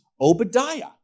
Obadiah